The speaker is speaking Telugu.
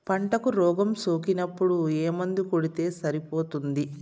పంటకు రోగం సోకినపుడు ఏ మందు కొడితే సరిపోతుంది?